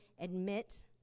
admit